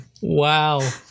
Wow